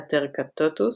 ה"טרקטטוס"